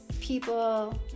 people